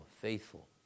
faithful